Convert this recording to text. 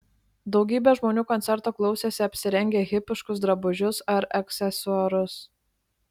daugybė žmonių koncerto klausėsi apsirengę hipiškus drabužius ar aksesuarus